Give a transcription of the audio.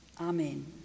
Amen